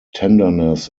tenderness